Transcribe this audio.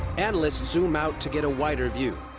analysts zoom out to get a wider view.